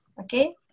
okay